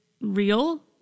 real